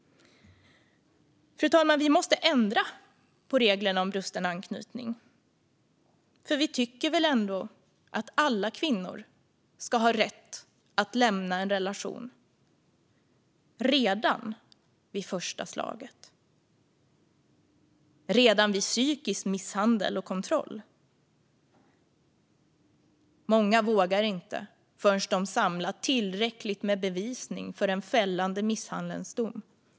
Fru talman! Vi måste ändra på reglerna om brusten anknytning, för vi tycker väl ändå att alla kvinnor ska ha rätt att lämna en relation redan vid första slaget och redan vid psykisk misshandel och kontroll. Många vågar inte förrän de har samlat tillräckligt med bevisning för en fällande misshandelsdom.